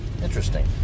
Interesting